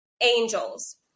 angels